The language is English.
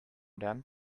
then